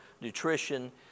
nutrition